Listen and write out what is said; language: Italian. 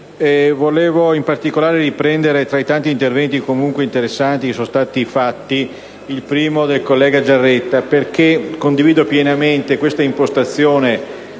volevo in particolare riprendere, tra i tanti interventi, comunque interessanti, che sono stati svolti, quello del collega Giaretta, perché condivido pienamente l'impostazione